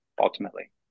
ultimately